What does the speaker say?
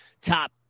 top